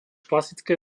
klasické